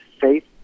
faith